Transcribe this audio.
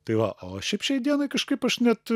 tai va o šiaip šiai dienai kažkaip aš net